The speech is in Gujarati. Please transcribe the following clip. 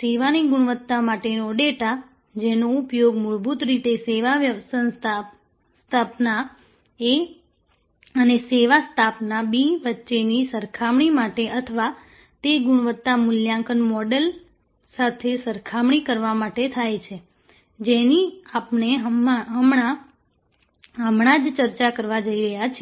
સેવાની ગુણવત્તા માટેનો ડેટા જેનો ઉપયોગ મૂળભૂત રીતે સેવા સ્થાપના A અને સેવા સ્થાપના B વચ્ચેની સરખામણી માટે અથવા તે ગુણવત્તા મૂલ્યાંકન મોડલ સાથે સરખામણી કરવા માટે થાય છે જેની અપને હમણાં જ ચર્ચા કરવા જઈ રહ્યા છીએ